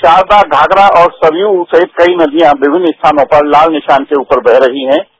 शारदा घाघरा और सरयू सहित कई नदियां विभिन्न स्थानों पर लाल निशान के रूपर बह रहीहैं